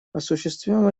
осуществима